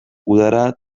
udara